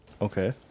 Okay